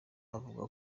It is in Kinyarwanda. avuga